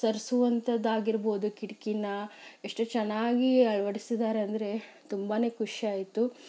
ಸರಿಸುವಂತದ್ದು ಆಗಿರಬಹುದು ಕಿಟಕೀನ ಎಷ್ಟು ಚೆನ್ನಾಗಿ ಅಳವಡಿಸಿದ್ದಾರೆ ಅಂದರೆ ತುಂಬಾ ಖುಷಿಯಾಯಿತು